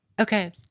Okay